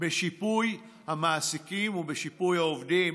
בשיפוי המעסיקים ובשיפוי העובדים